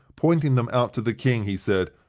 pointing them out to the king, he said,